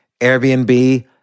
Airbnb